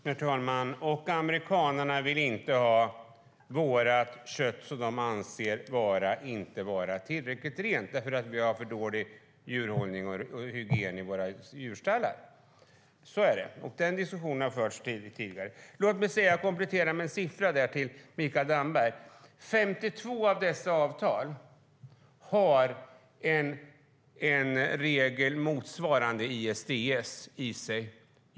Herr talman! Och amerikanerna vill inte ha vårt kött, som de anser inte vara tillräckligt rent eftersom vi har för dålig djurhållning och hygien i våra djurstallar. Så är det. Den diskussionen har förts tidigare. Låt mig komplettera med en siffra till Mikael Damberg: 52 av dessa avtal har en regel motsvarande ISDS i sig.